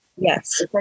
Yes